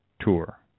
tour